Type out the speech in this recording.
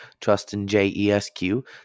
TrustinJESQ